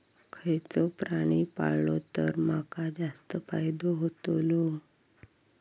खयचो प्राणी पाळलो तर माका जास्त फायदो होतोलो?